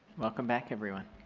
welcome back everyone.